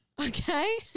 Okay